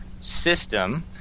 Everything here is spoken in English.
system